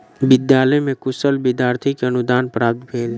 विद्यालय में कुशल विद्यार्थी के अनुदान प्राप्त भेल